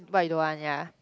what you want ya